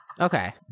Okay